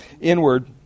Inward